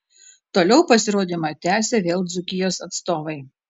toliau pasirodymą tęsė vėl dzūkijos atstovai